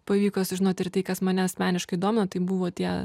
pavyko sužinoti ir tai kas mane asmeniškai domino tai buvo tie